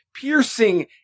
Piercing